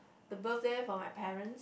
the birthday for my parents